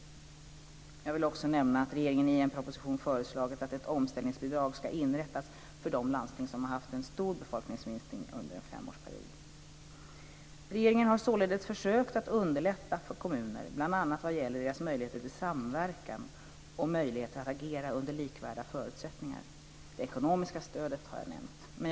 Jag vill också nämna att regeringen i en proposition föreslagit att ett omställningsbidrag ska inrättas för de landsting som har haft en stor befolkningsminskning under en femårsperiod. Regeringen har således försökt att underlätta för kommuner bl.a. vad gäller deras möjligheter till samverkan och möjligheter att agera under likvärdiga förutsättningar. Det ekonomiska stödet har jag nämnt.